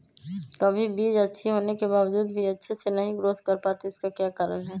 कभी बीज अच्छी होने के बावजूद भी अच्छे से नहीं ग्रोथ कर पाती इसका क्या कारण है?